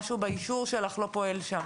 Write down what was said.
משהו בזום שלך לא עובד.